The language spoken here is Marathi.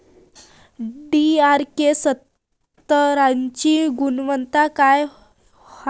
डी.आर.के सत्यात्तरची गुनवत्ता काय हाय?